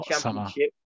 Championship